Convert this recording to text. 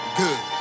good